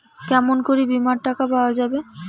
কেমন করি বীমার টাকা পাওয়া যাবে?